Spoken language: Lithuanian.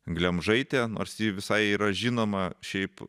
glemžaitę nors ji visai yra žinoma šiaip